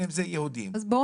בין אם זה יהודים.